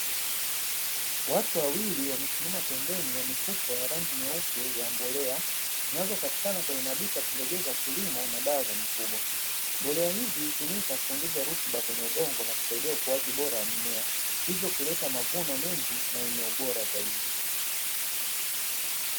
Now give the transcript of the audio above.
Watu wawili wamesimama pembeni ya mifuko ya rangi nyeupe ya mbolea zinazopatikana kwenye maduka ya pembejeo za kilimo na dawa za mifugo. Mbolea hizi hutumika kuongeza rutuba kwenye udongo na kusaidia ukuaji bora wa mimea hivyo kuleta mavuno mengi na yenye ubora zaidi.